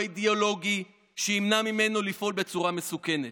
אידיאולוגי שימנע ממנו לפעול בצורה מסוכנת.